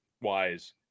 wise